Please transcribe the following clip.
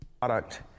product